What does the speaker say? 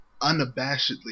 unabashedly